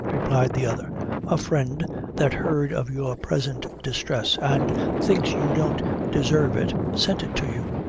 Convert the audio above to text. replied the other a friend that heard of your present distress, and thinks you don't desarve it, sent it to you.